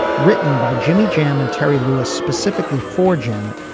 written by jimmy jam and terry lewis specifically for janet.